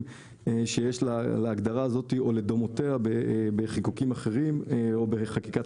שיש להגדרה הזו או לדומותיה בחיקוקים אחרים או בחקיקת